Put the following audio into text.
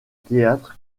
théâtre